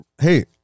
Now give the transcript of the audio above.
hey